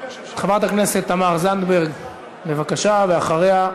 חברת הכנסת תמר זנדברג, בבקשה, ואחריה,